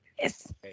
yes